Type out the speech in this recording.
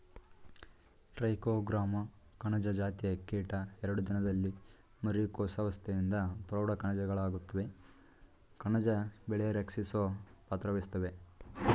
trichogramma ಕಣಜ ಜಾತಿಯ ಕೀಟ ಎರಡು ದಿನದಲ್ಲಿ ಮರಿ ಕೋಶಾವಸ್ತೆಯಿಂದ ಪ್ರೌಢ ಕಣಜಗಳಾಗುತ್ವೆ ಕಣಜ ಬೆಳೆ ರಕ್ಷಿಸೊ ಪಾತ್ರವಹಿಸ್ತವೇ